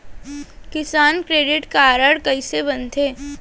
किसान credit card कइसे बनथे?